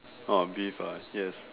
orh beef ah yes